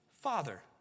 Father